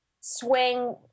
swing